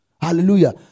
hallelujah